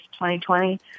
2020